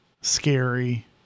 scary